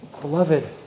Beloved